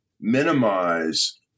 minimize